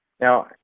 Now